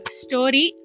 story